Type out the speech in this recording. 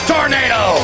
Tornado